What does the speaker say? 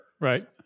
Right